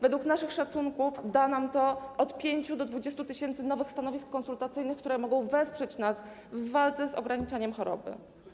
Według naszych szacunków da nam to od 5 do 20 tys. nowych stanowisk konsultacyjnych, które mogą wesprzeć nas w walce, w zakresie ograniczania choroby.